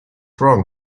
wrong